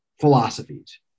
philosophies